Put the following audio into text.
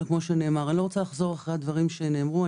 אני לא רוצה לחזור על דברים שנאמרו,